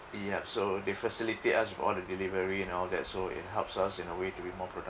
ya so they facilitate us with all the delivery and all that so it helps us in a way to be more produc~